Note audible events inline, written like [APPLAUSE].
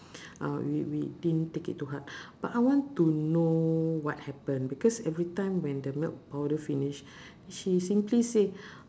[BREATH] uh we we didn't take it to heart but I want to know what happen because every time when the milk powder finish she simply say